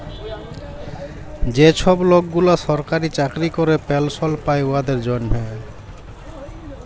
যে ছব লকগুলা সরকারি চাকরি ক্যরে পেলশল পায় উয়াদের জ্যনহে